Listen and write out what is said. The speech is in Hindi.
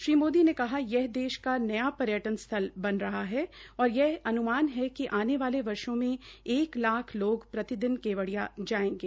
श्री मोदी ने कहा कि यह देश का न्या पर्यटन स्थल बन रहा है और यह अन्मान है कि आने वाले वर्षो में एक लाख लोग प्रतिदिन केवडिया जायेंगे